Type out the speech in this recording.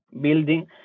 building